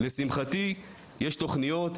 לשמחתי יש תוכניות,